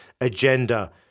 agenda